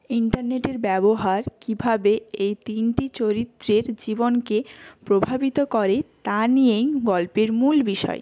ইন্টারনেটের ব্যবহার কীভাবে এই তিনটি চরিত্রের জীবনকে প্রভাবিত করে তা নিয়েই গল্পের মূল বিষয়